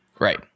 right